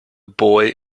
boy